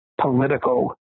political